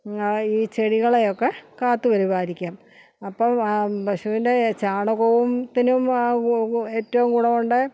ഈ ചെടികളെയൊക്കെ കാത്ത് പരിപാലിക്കാം അപ്പം ആ പശുവിന്റെ ചാണകവും ത്തിനും ഏറ്റവും ഗുണം ഉണ്ട്